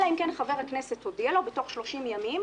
אלא אם כן חבר הכנסת הודיע לכנסת בתוך 30 ימים